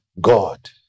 God